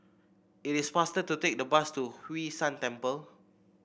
it is faster to take the bus to Hwee San Temple